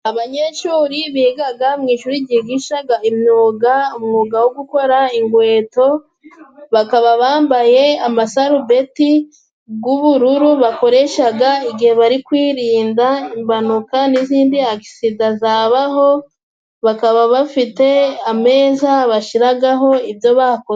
Abanyeshuri bigaga mu ishuri ryigishaga imyuga, umwuga wo gukora ingweto bakaba bambaye amasarubeti g'ubururu bakoreshaga, igihe bari kwirinda imbanuka n'izindi agisida zabaho, bakaba bafite ameza bashiragaho ibyo bakoze.